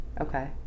Okay